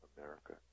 America